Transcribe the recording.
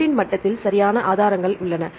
protein மட்டத்தில் சரியான ஆதாரங்கள் உள்ளன